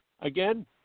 Again